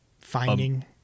Finding